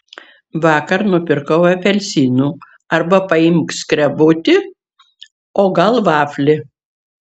vakar nupirkau apelsinų arba paimk skrebutį o gal vaflį